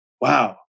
wow